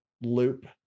loop